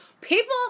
People